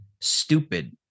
Stupid